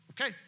okay